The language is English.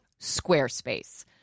Squarespace